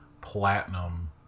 platinum